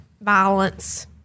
violence